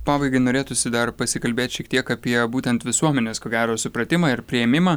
pabaigai norėtųsi dar pasikalbėt šiek tiek apie būtent visuomenės ko gero supratimą ir priėmimą